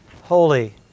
holy